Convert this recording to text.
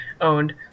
owned